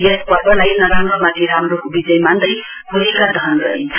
यस पर्वलाई नराम्रोमाथि राम्रोको विजय मान्दै होलिका दहन गरिन्छ